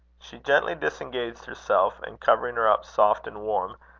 she gently disengaged herself, and covering her up soft and warm,